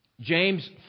James